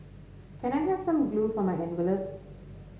can I have some glue for my envelopes